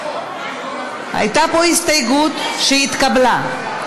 הייתה פה הסתייגות שהתקבלה.